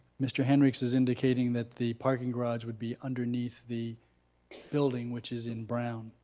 mr. henricks is indicating that the parking garage would be underneath the building which is in brown.